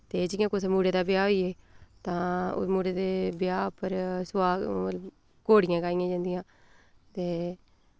ते जि'यां कुसै मुड़े दा ब्याह् होई गे तां मुड़े दे ब्याह उप्पर सुहाग घोड़ियां गाइयां जंदियां ते